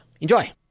enjoy